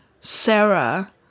Sarah